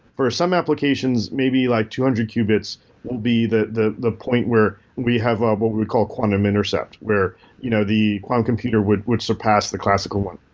for some applications, maybe like two hundred qubits will be the the point where we have ah what we call quantum intercept, where you know the quantum computer would would surpass the classical one.